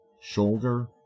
shoulder